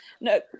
no